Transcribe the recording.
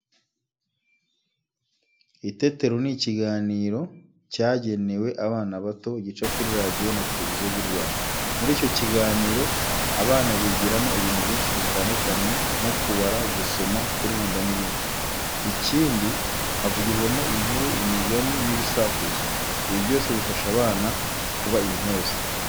Itetero ni ikiganiro cyagenewe abana bato, gica kuri Radiyo na Televiziyo by'u Rwanda. Muri icyo kiganiro abana bigiramo ibintu byinshi bitandukanye nko kubara, gusoma, kuririmba n'ibindi. Ikindi, havugirwamo inkuru, imigani n'ibisakuzo, ibi byose bifasha abana kuba intyoza.